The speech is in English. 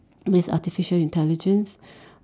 with artificial intelligence